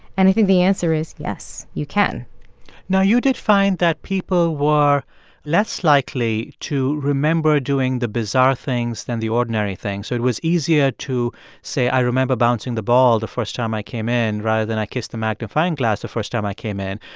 and i think the answer is, yes. you can now, you did find that people were less likely to remember doing the bizarre things than the ordinary things. so it was easier to say, i remember bouncing the ball the first time i came in rather than i kissed the magnifying glass the first time i came in.